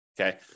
Okay